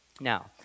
Now